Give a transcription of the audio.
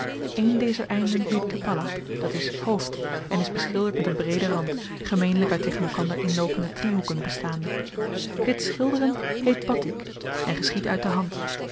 een dezer einden heet kapala d i hoofd en is beschilderd met n breeden rand gemeenlyk uit tegen elkander inloopende driehoeken bestaande dit schilderen heet batik en geschiedt uit de hand